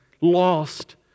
lost